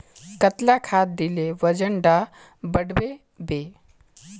कतला खाद देले वजन डा बढ़बे बे?